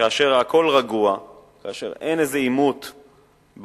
כאשר הכול רגוע, כאשר אין איזה עימות ברקע.